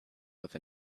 with